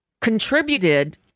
contributed